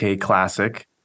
classic